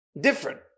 different